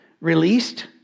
Released